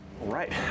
Right